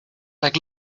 like